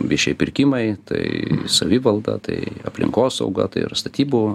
viešieji pirkimai tai savivalda tai aplinkosauga tai yra statybų